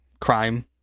crime